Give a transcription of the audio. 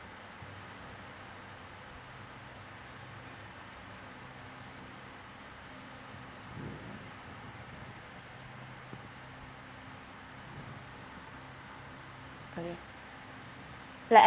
okay